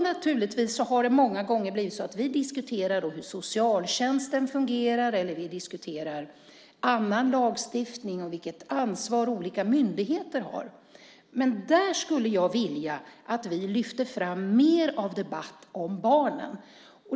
Naturligtvis har det många gånger blivit så att vi här diskuterar om socialtjänsten fungerar eller också diskuterar vi annan lagstiftning och vilket ansvar olika myndigheter har. Men där skulle jag vilja att vi lyfte fram mer debatt om barnen.